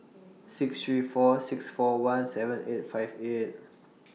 six three four six four one seven eight five eight